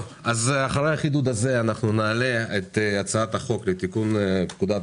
אחרי החידוד הזה נעלה את הצעת החוק לתיקון פקודת